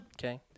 Okay